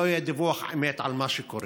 שלא יהיה דיווח אמת על מה שקורה.